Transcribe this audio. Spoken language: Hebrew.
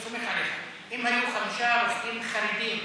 אני סומך עליך: האם היו חמישה רופאים חרדים שפוטרו?